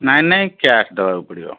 ନାଇଁ ନାଇଁ କ୍ୟାସ୍ ଦବାକୁ ପଡ଼ିବ